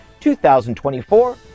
2024